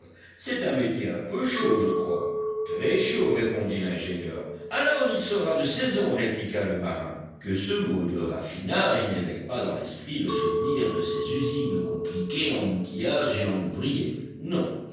c'est un métier un peu chaud je crois très chaud répondit l'ingénieur alors il sera de saison répliqua le marin que ce mot de raffinage n'éveille pas dans l'esprit le souvenir de ces usines compliquées en outillage et en ouvriers non